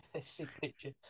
Signature